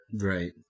Right